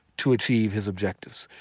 to achieve his objectives.